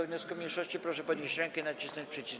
wniosku mniejszości, proszę podnieść rękę i nacisnąć przycisk.